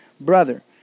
brother